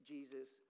Jesus